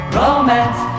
romance